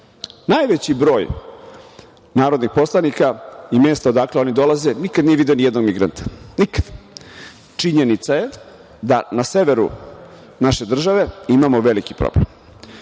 Najveći broj narodnih poslanika i mesta odakle oni dolaze nikada nije video ni jednog migranta, nikada. Činjenica je da na severu naše države imamo veliki problem.